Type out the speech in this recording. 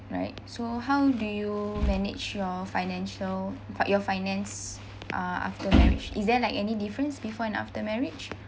right so how do you manage your financial f~ your finance uh after marriage is there like any difference before and after marriage